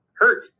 hurt